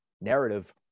narrative